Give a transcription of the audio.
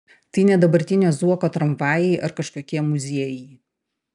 tai ne dabartinio zuoko tramvajai ar kažkokie muziejai